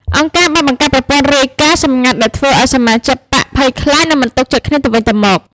អង្គការបានបង្កើតប្រព័ន្ធរាយការណ៍សម្ងាត់ដែលធ្វើឱ្យសមាជិកបក្សភ័យខ្លាច និងមិនទុកចិត្តគ្នាទៅវិញទៅមក។